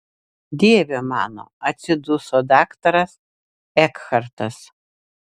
dieve mano atsiduso daktaras ekhartas